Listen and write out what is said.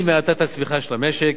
עם האטת הצמיחה של המשק,